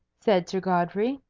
said sir godfrey.